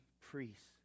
priests